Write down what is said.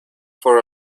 for